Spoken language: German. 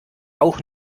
auch